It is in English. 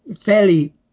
Fairly